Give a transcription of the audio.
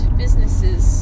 businesses